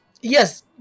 Yes